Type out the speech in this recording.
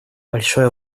большое